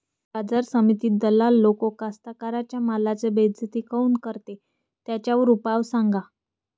बाजार समितीत दलाल लोक कास्ताकाराच्या मालाची बेइज्जती काऊन करते? त्याच्यावर उपाव सांगा